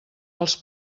els